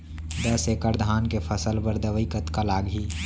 दस एकड़ धान के फसल बर दवई कतका लागही?